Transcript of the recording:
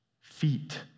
feet